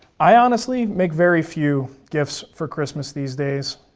i honestly make very few gifts for christmas these days.